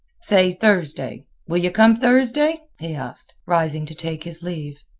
say thursday. will you come thursday? he asked, rising to take his leave.